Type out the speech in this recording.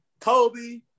Kobe